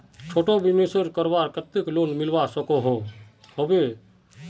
छोटो बिजनेस करवार केते लोन मिलवा सकोहो होबे?